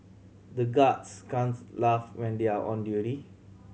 the guards can't laugh when they are on duty